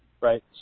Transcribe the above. right